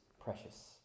precious